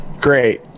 great